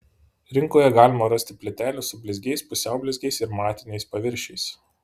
rinkoje galima rasti plytelių su blizgiais pusiau blizgiais ir matiniais paviršiais